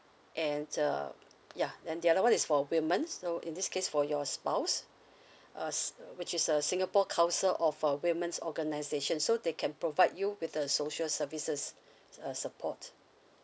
and the ya and the other one is for women so in this case for your spouse uh s~ which is a singapore council of uh women's organisation so they can provide you with the social services uh support